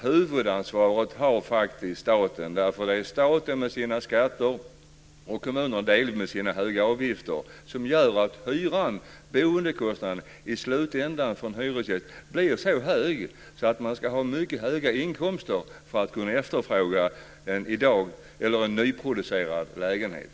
Huvudansvaret har faktiskt staten, för det är staten med sina skatter och delvis kommunerna med sina höga avgifter som gör att hyran - boendekostnaden - i slutändan för en hyresgäst blir så hög att han eller hon ska ha mycket höga inkomster för att kunna efterfråga en nyproducerad lägenhet.